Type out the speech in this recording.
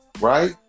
right